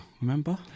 Remember